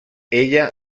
ella